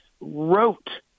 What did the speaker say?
wrote